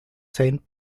saint